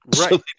Right